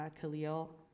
Khalil